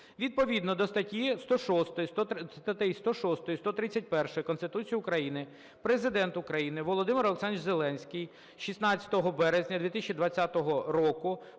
Відповідно до статей 106, 131 Конституції України Президент України Володимир Олександрович Зеленський 16 березня 2020 року